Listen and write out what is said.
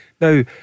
Now